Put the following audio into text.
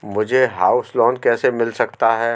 मुझे house loan कैसे मिल सकता है?